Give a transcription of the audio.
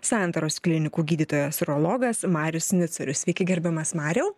santaros klinikų gydytojas urologas marius niuciurius sveiki gerbiamas mariau